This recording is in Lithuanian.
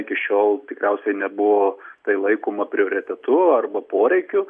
iki šiol tikriausiai nebuvo tai laikoma prioritetu arba poreikiu